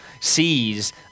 sees